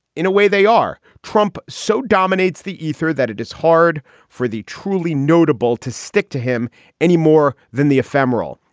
in a way, they are. trump so dominates the ether that it is hard for the truly noteable to stick to him any more than the ephemeral.